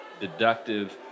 deductive